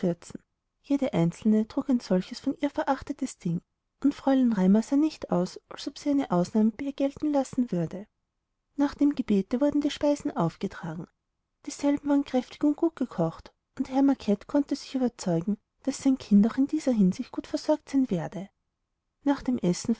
jede einzelne trug ein solches von ihr verachtetes ding und fräulein raimar sah nicht aus als ob sie eine ausnahme bei ihr gelten lassen würde nach dem gebete wurden die speisen aufgetragen dieselben waren kräftig und gut gekocht und herr macket konnte sich überzeugen daß sein kind auch in dieser hinsicht gut versorgt sein werde nach dem essen